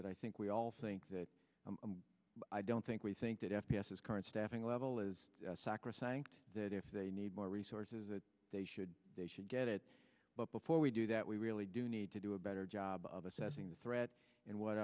that i think we all think that i don't think we think that f p s is current staffing level is sacrosanct that if they need more resources that they should they should get it but before we do that we really do need to do a better job of assessing the threat and what